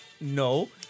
No